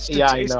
yeah,